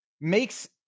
makes